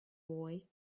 boy